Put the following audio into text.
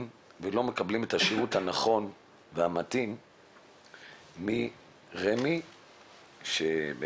ולא מקבלים את השירות הנכון והמתאים מרמ"י שבעצם,